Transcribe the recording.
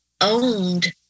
owned